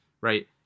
right